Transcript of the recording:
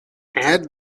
add